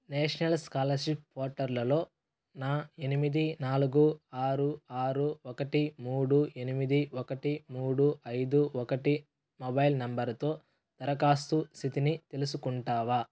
national scholarship పోర్టల్లలో నా ఎనిమిది నాలుగు ఆరు ఆరు ఒకటి మూడు ఎనిమిది ఒకటి మూడు ఐదు ఒకటి మొబైల్ నంబర్తో దరఖాస్తు స్థితిని తెలుసుకుంటావా